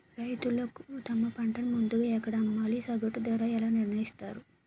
రైతులు తమ పంటను ముందుగా ఎక్కడ అమ్మాలి? సగటు ధర ఎలా నిర్ణయిస్తారు?